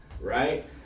right